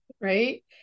right